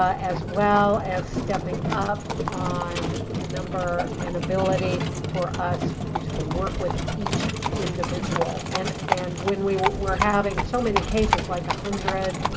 ah as well as stepping up on the number and ability for us to work with each individual. and and when we we are having so many cases, like one ah hundred,